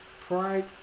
Pride